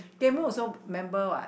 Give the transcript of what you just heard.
Gem-Boon also member what